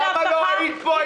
--- למה לא היית פה?